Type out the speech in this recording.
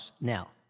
now